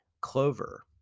Clover